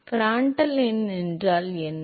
Prandtl எண் என்றால் என்ன